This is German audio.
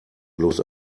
bloß